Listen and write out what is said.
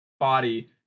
body